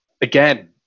again